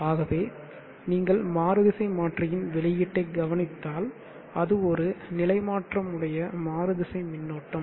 ஆகவே நீங்கள் மாறு திசை மாற்றியின் வெளியீட்டை கவனித்தால அது ஒரு நிலை மாற்றம் உடைய மாறுதிசை மின்னோட்டம்